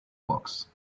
box